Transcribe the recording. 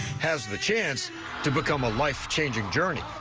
has the chance to become a life changing journey.